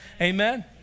Amen